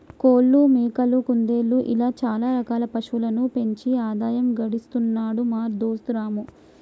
కోళ్లు మేకలు కుందేళ్లు ఇలా చాల రకాల పశువులను పెంచి ఆదాయం గడిస్తున్నాడు మా దోస్తు రాము